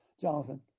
Jonathan